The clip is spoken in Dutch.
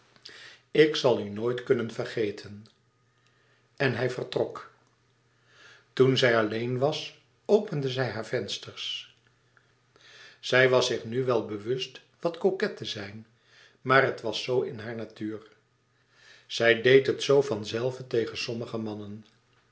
ik zal u nooit kunnen vergeten en hij vertrok toen zij alleen was opende zij hare vensters zij was zich nu wel bewust wat coquet te zijn maar het was zoo in hare natuur zij deed het zoo van zelve tegen sommige mannen